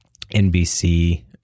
NBC